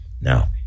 Now